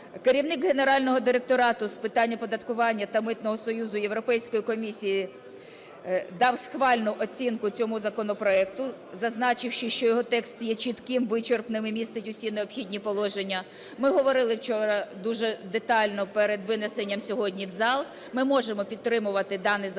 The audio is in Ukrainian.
Керівник Генерального директорату з питань оподаткування та Митного союзу Європейської комісії дав схвальну оцінку цьому законопроекту, зазначивши, що його текст є чітким, вичерпним і містить усі необхідні положення. Ми говорили вчора дуже детально перед винесенням сьогодні в зал. Ми можемо підтримувати даний законопроект